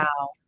Wow